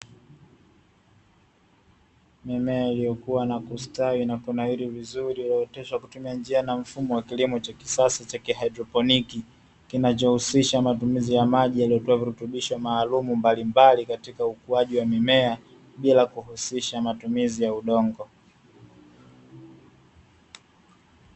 Mimea iliyokuwa na kustawi na kunawiri vizuri, iliyooteshwa kutumia njia na mfumo wa kilimo cha kisasa wa kihaidroponiki, kinachohusisha matumizi maji yanayotoa virutubisho mbalimbali, katika ukuji wa mimea, bila kuhusisha matumizi ya udongo.